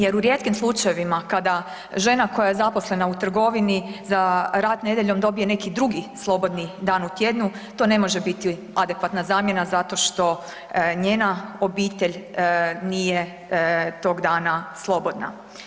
Jer u rijetkim slučajevima kada žena koja je zaposlena u trgovini za rad nedjeljom dobije neki drugi slobodni dan u tjednu, to ne može biti adekvatna zamjena zato što njena obitelj nije tog dana slobodna.